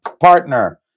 partner